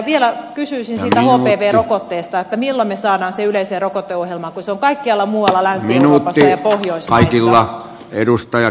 vielä kysyisin siitä hpv rokotteesta että milloin me saamme sen yleiseen rokoteohjelmaan kun se on kaikkialla muualla länsi euroopassa ja pohjoismaissa